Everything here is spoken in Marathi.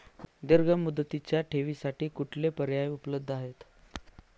दीर्घ मुदतीच्या ठेवींसाठी कुठले पर्याय उपलब्ध आहेत?